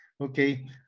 Okay